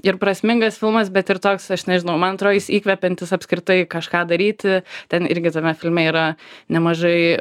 ir prasmingas filmas bet ir toks aš nežinau man atrodo jis įkvepiantis apskritai kažką daryti ten irgi tame filme yra nemažai